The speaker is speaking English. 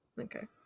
Okay